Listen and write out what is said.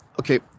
okay